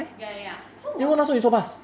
ya ya ya so 我